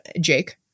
Jake